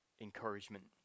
encouragement